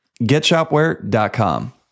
GetShopware.com